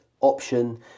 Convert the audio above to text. option